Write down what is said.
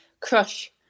crush